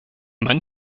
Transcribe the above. meint